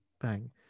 Bang